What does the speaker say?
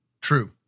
True